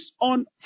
on